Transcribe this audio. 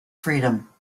freedom